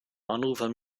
anrufern